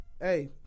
Hey